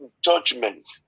judgment